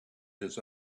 his